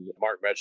Mark